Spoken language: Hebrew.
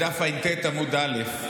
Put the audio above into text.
דף ע"ט, עמוד א.